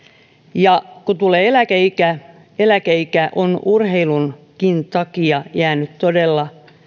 ja kun tulee eläkeikä eläkeikä on eläke jäänyt urheilunkin takia todella